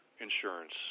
insurance